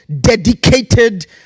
dedicated